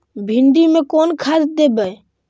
भिंडी में कोन खाद देबै?